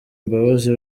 imbabazi